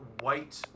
white